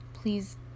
Please